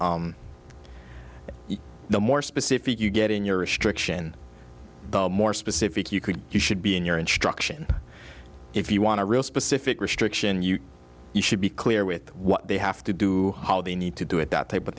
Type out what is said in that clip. the more specific you get in your restriction the more specific you could you should be in your instruction if you want to real specific restriction you should be clear with what they have to do how they need to do it that type of